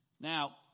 Now